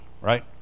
right